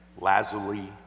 Lazuli